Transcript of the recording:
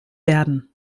werden